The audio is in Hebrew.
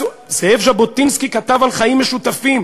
זאב ז'בוטינסקי כתב על חיים משותפים,